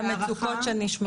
למצוקות שנשמעות.